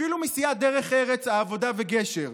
אפילו מסיעת דרך ארץ, העבודה וגשר.